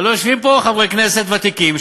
הלוא יושבים פה חברי כנסת ותיקים,